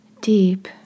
deep